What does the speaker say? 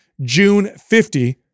JUNE50